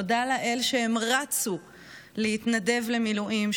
תודה לאל שהם רצו להתנדב למילואים,